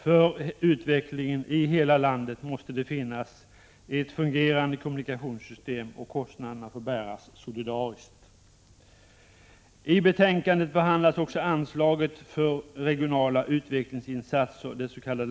För utvecklingen i hela landet måste det finnas ett fungerande kommunikationssystem, och kostnaderna får bäras solidariskt. I betänkandet behandlas också anslaget för regionala utvecklingsinsatser, dets.k.